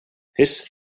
his